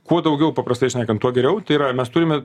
kuo daugiau paprastai šnekant tuo geriau tai yra mes turime